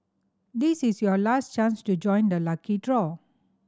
this is your last chance to join the lucky draw